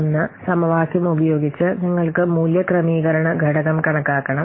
01 സമവാക്യം ഉപയോഗിച്ച് നിങ്ങൾ മൂല്യ ക്രമീകരണ ഘടകം കണക്കാക്കണം